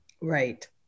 Right